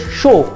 show